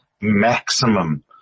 maximum